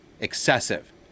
Excessive